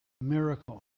miracle